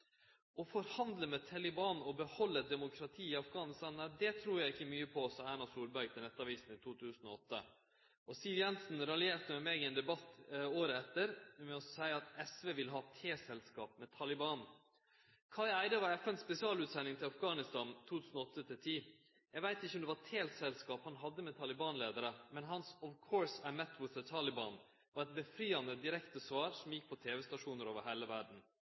forhandle med Taliban og beholde et demokrati i Afghanistan, nei, det tror jeg ikke mye på», sa Erna Solberg til Nettavisen i 2008. Siv Jensen raljerte med meg i ein debatt året etter ved å seie at SV vil ha teselskap med Taliban. Kai Eide var FNs spesialutsending til Afghanistan i åra 2008–2010. Eg veit ikkje om det var teselskap han hadde med Taliban-leiarar, men hans «of course I met Taliban leaders» var eit befriande, direkte svar som gjekk på tv-stasjonar over